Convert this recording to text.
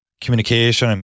communication